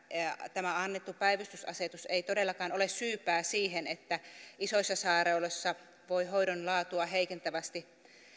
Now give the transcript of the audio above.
tämä annettu päivystysasetus ei todellakaan ole syypää siihen että isoissa sairaaloissa voi hoidon laatua heikentävästi